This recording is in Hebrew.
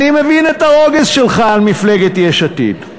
אני מבין את הרוגז שלך על מפלגת יש עתיד.